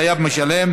חייב משלם),